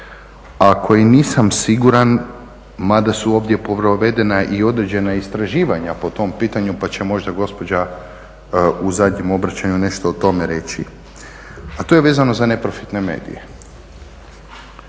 koji nisam siguran mada su ovdje provedena i određena istraživanja po tom pitanju pa će možda gospođa u zadnjem obraćanju nešto o tome reći, a to je vezano za neprofitne medije